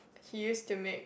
he used to make